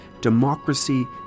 democracy